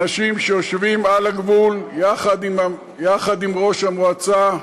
אנשים שיושבים על הגבול, יחד עם ראש המועצה,